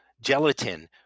gelatin